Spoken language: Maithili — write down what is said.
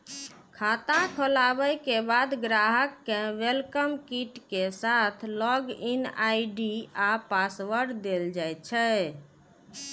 खाता खोलाबे के बाद ग्राहक कें वेलकम किट के साथ लॉग इन आई.डी आ पासवर्ड देल जाइ छै